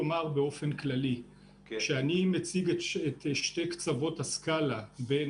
אני אומר באופן כללי שכשאני מציג שתי קצוות הסקאלה בין